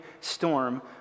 storm